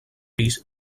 pis